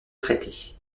traités